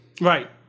Right